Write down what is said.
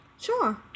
Sure